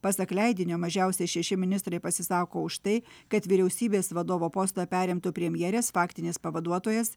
pasak leidinio mažiausiai šeši ministrai pasisako už tai kad vyriausybės vadovo postą perimtų premjerės faktinis pavaduotojas